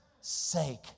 sake